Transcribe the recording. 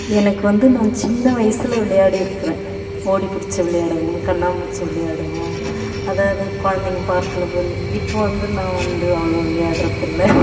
எனக்கு வந்து நான் சின்ன வயசில் விளையாடிருக்கிறேன் ஓடிப்புடிச்சு விளையாடுவோம் கண்ணாமூச்சி விளையாடுவோம் அதாவது குழந்தைங்க பார்க்கில் விள இப்போது வந்து நான் வந்து அவ்வளோ விளையாடுறது இல்லை